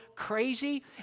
crazy